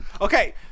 Okay